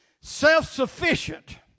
self-sufficient